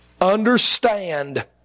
Understand